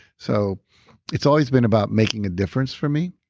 so it's always been about making a difference for me,